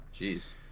Jeez